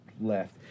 left